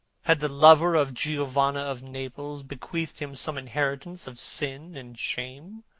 had the lover of giovanna of naples bequeathed him some inheritance of sin and shame?